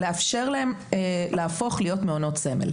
לאפשר להם להפוך להיות מעונות סמל,